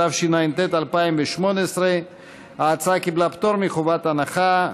התשע"ט 2018. ההצעה קיבלה פטור מחובת הנחה,